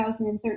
2013